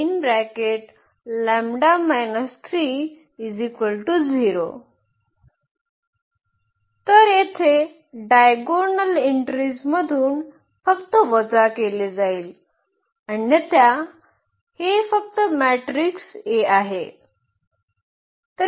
तर येथे डायगोनल एन्ट्रीजमधून फक्त वजा केले जाईल अन्यथा हे फक्त मॅट्रिक्स A आहे